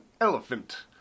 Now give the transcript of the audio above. Elephant